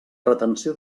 retenció